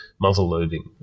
muzzle-loading